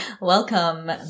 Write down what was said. Welcome